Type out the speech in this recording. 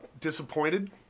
disappointed